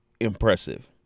impressive